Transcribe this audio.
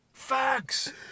Facts